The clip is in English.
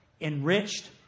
enriched